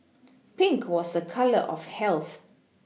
Pink was a colour of health